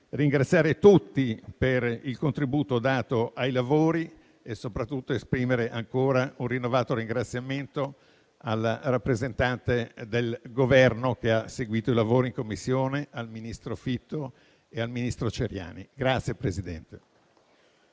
ringraziare tutti per il contributo dato ai lavori e soprattutto esprimere un rinnovato ringraziamento alla rappresentante del Governo, che ha seguito i lavori in Commissione, al ministro Fitto e al ministro Ciriani.